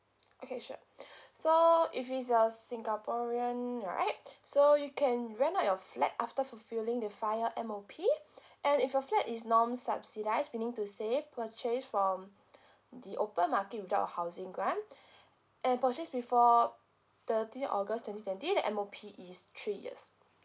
okay sure so if he's a singaporean right so you can rent out your flat after fulfilling the five year M_O_P and if your flat is non subsidised meaning to say purchase from the open market without a housing grant and purchase before thirty august twenty twenty the M_O_P is three years